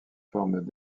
forme